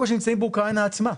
קודם כל שנמצאים באוקראינה עצמה,